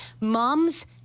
moms